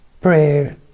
prayer